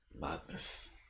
Madness